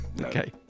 Okay